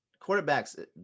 quarterbacks